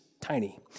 tiny